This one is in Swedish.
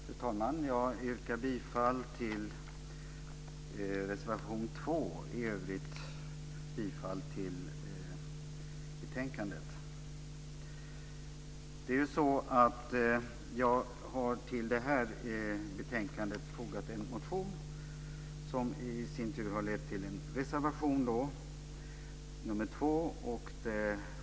Fru talman! Jag yrkar bifall till reservation 2 och i övrigt till förslagen i betänkandet. I det här betänkandet behandlas en motion som jag har väckt och som i sin tur har lett till en reservation, nr 2.